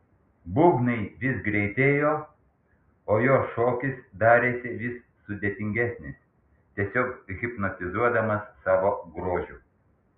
būgnai vis greitėjo o jo šokis darėsi vis sudėtingesnis tiesiog hipnotizuodamas savo grožiu